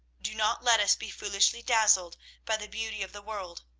do not let us be foolishly dazzled by the beauty of the world.